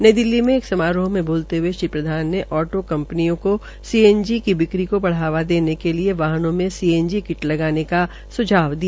नई दिल्ली में एक समारोह में बोलते हुए श्री प्रधान ने ऑटो कंपनियों को सीएनजी की बिक्री को बढ़ावा देने के लिए वाहनों में सीएनजी किट लगाने का स्झाव दिया